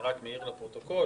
אני רק מעיר לפרוטוקול.